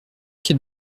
quai